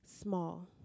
small